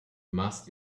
must